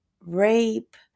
rape